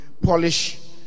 polish